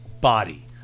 body